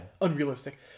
unrealistic